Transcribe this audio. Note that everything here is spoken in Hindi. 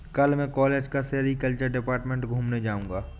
कल मैं कॉलेज का सेरीकल्चर डिपार्टमेंट घूमने जाऊंगा